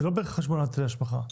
זה לא חשבונות להשבחה,